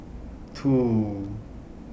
two